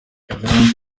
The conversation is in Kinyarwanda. rev